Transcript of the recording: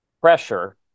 pressure